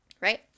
right